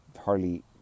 hardly